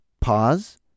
pause